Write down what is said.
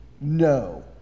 No